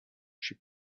she